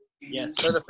Yes